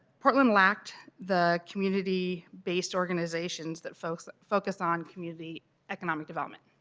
portland lacked the community based organizations that focus that focus on community economic development.